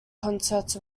concerts